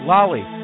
Lolly